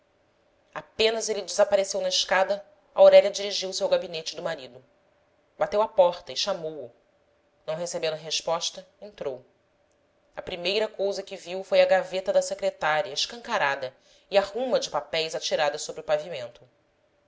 apenas ele desapareceu na escada aurélia dirigiu-se ao gabinete do marido bateu à porta e chamou-o não recebendo resposta entrou a primeira cousa que viu foi a gaveta da secretária escancarada e a ruma de papéis atirada sobre o pavimento